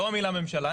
לא המילה ממשלה.